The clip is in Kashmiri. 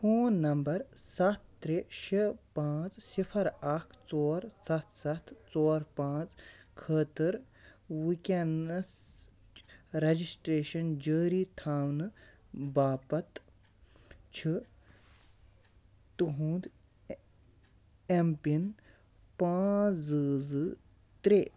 فون نمبر سَتھ ترٛےٚ شےٚ پانٛژھ صِفر اکھ ژور سَتھ سَتھ ژور پانٛژھ خٲطرٕ وٕنۍکٮ۪نَسٕچ رَجِسٹرٛیشَن جٲری تھاونہٕ باپتھ چھِ تُہُنٛد اٮ۪م پِن پانٛژھ زٕ زٕ ترٛےٚ